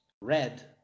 red